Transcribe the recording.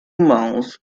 months